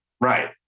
Right